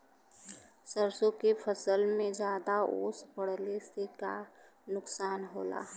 सरसों के फसल मे ज्यादा ओस पड़ले से का नुकसान होला?